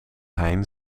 hein